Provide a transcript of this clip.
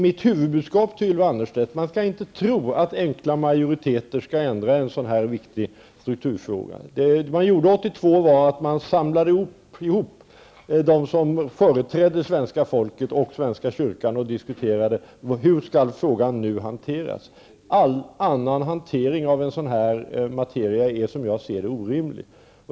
Mitt huvudbudskap till Ylva Annerstedt är att man inte skall tro att enkla majoriteter får åstadkomma en ändring i en så här viktig strukturfråga. 1982 samlade man dem som företrädde svenska folket och svenska kyrkan till diskussioner om hur denna fråga skulle hanteras. Varje annan hantering av sådan här materia är, som jag ser saken, orimlig.